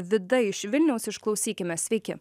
vida iš vilniaus išklausykime sveiki